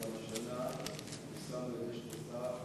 וגם השנה הוא שם דגש בנושא.